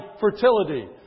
fertility